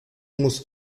muss